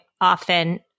often